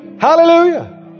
Hallelujah